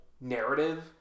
narrative